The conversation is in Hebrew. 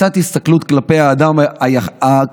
קצת הסתכלות כלפי האדם שבקצה,